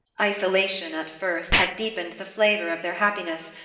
isolation, at first, had deepened the flavor of their happiness,